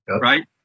Right